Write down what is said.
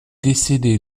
décédé